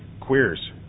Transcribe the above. Queers